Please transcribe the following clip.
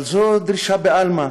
אבל זו דרישה בעלמא,